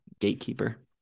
gatekeeper